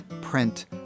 print